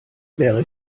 wäre